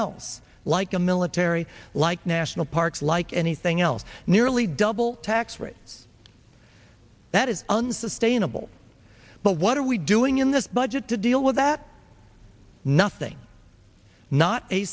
else like a military like national parks like anything else nearly double tax rates that is unsustainable but what are we doing in this budget to deal with that nothing not a